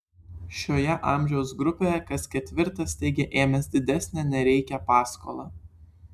šioje amžiaus grupėje kas ketvirtas teigia ėmęs didesnę nei reikia paskolą